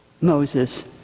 Moses